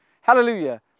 hallelujah